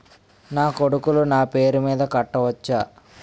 నా కొడుకులు నా పేరి మీద కట్ట వచ్చా?